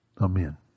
Amen